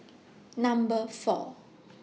Number four